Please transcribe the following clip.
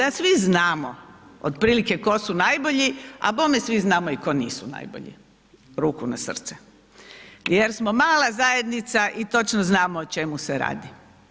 A svi znamo otprilike tko su najbolji, a bome svi znamo i tko nisu najbolji, ruku na srce, jer smo mala zajednica i točno znamo o čemu se radi.